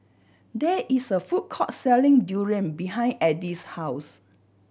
there is a food court selling durian behind Edie's house